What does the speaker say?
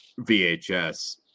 VHS